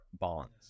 bonds